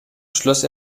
schloss